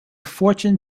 fortune